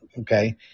okay